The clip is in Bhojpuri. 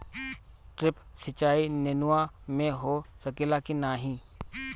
ड्रिप सिंचाई नेनुआ में हो सकेला की नाही?